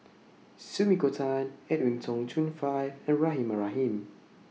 Sumiko Tan Edwin Tong Chun Fai and Rahimah Rahim